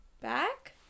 back